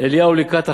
אליהו לקראת אחאב.